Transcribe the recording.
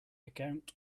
account